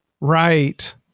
right